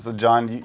ah john,